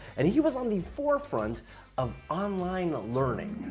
and he was on the forefront of online learning.